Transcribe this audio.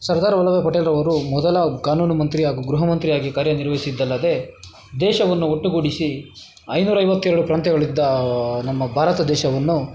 ಸರ್ದಾರ್ ವಲ್ಲಭಬಾಯಿ ಪಟೇಲ್ರವರು ಮೊದಲ ಕಾನೂನು ಮಂತ್ರಿ ಹಾಗೂ ಗೃಹ ಮಂತ್ರಿಯಾಗಿ ಕಾರ್ಯನಿರ್ವಹಿಸಿದ್ದಲ್ಲದೆ ದೇಶವನ್ನು ಒಟ್ಟುಗೂಡಿಸಿ ಐನೂರ ಐವತ್ತೆರಡು ಪ್ರಾಂತ್ಯಗಳಿದ್ದ ನಮ್ಮ ಭಾರತ ದೇಶವನ್ನು